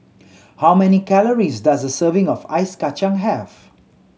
how many calories does a serving of Ice Kachang have